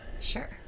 sure